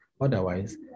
Otherwise